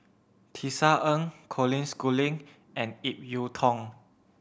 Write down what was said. Tisa Ng Colin Schooling and Ip Yiu Tung